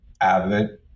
avid